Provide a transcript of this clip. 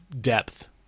depth